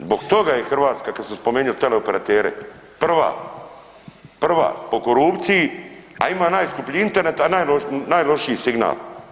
Zbog toga je Hrvatska kad sam spomenuo teleoperatere prva, prva po korupciji, a ima najskuplji Internet, a najlošiji signal.